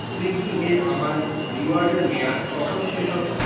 Swiggy এর আমার রিওয়ার্ডের মেয়াদ কখন শেষ হবে